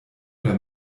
oder